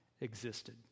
existed